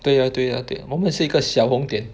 对呀对呀对我们是一个小红点